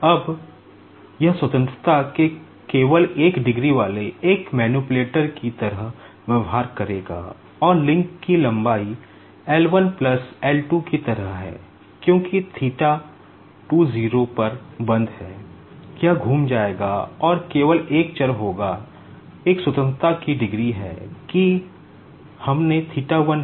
अब यह स्वतंत्रता के केवल एक डिग्री वाले एक मैनिपुलेटर की तरह व्यवहार करेगा और लिंक की लंबाई L 1 प्लस L 2 की तरह है क्योंकि थीटा 2 0 पर बंद है यह घूम जाएगा और केवल एक चर होगा एक स्वतंत्रता की डिग्री है कि अपने theta 1 है